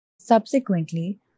Subsequently